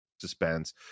Suspense